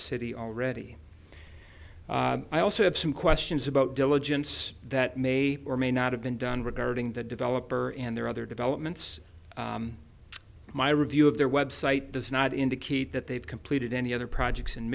city already i also have some questions about diligence that may or may not have been done regarding the developer and there are other developments my review of their website does not indicate that they've completed any other projects in